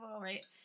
right